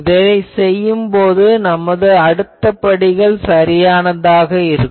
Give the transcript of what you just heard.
இதை செய்யும் போது நமது அடுத்த படிகள் சரியானதாக இருக்கும்